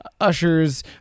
ushers